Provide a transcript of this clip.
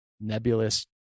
nebulous